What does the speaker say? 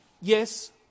Yes